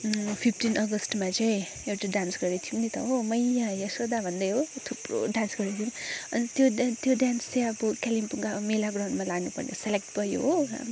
fifteen अगस्टमा चाहिँ एउटा डान्स गरेको थियौँ नि त हो मैया यसोदा भन्दै हो थुप्रो डान्स गरेको थियौँ अन्त त्यो डान्स चाहिँ अब कालिम्पोङको अब मेला ग्राउन्डमा लानुपर्ने सेलेक्ट भयो हो